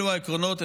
אלה העקרונות.